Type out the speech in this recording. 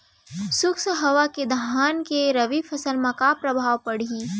शुष्क हवा के धान के रबि फसल मा का प्रभाव पड़ही?